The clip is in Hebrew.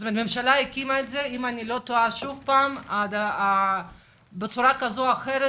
הממשלה הקימה את זה וזה פועל בצורה כזו או אחרת